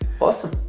Awesome